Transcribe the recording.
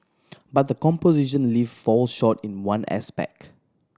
but the composition lift falls short in one aspect